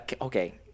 Okay